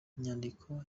nyandiko